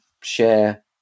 share